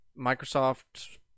Microsoft